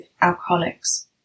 alcoholics